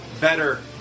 better